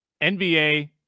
NBA